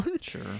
Sure